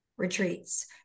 retreats